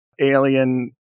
alien